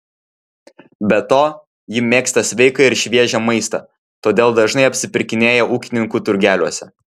be to ji mėgsta sveiką ir šviežią maistą todėl dažnai apsipirkinėja ūkininkų turgeliuose